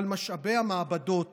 אבל משאבי המעבדות